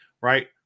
Right